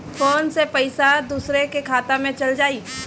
Phone से पईसा दूसरे के खाता में चल जाई?